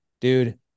Dude